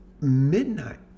midnight